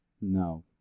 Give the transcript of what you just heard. No